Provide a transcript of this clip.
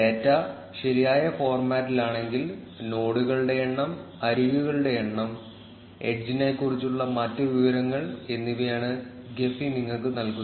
data ശരിയായ ഫോർമാറ്റിലാണെങ്കിൽ നോഡുകളുടെ എണ്ണം അരികുകളുടെ എണ്ണം എഡ്ജിനെക്കുറിച്ചുള്ള മറ്റ് വിവരങ്ങൾ എന്നിവയാണ് ജെഫി നിങ്ങൾക്ക് നൽകുന്നത്